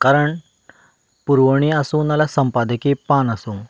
कारण पुरवणी आसूं ना जाल्यार संपादकीय पान आसूं